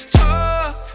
talk